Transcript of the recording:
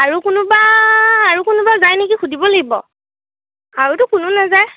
আৰু কোনোবা আৰু কোনোবা যায় নেকি সুধিব লাগিব আৰুতো কোনো নাযায়